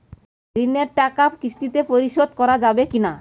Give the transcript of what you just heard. ঋণের টাকা কিস্তিতে পরিশোধ করা যাবে কি না?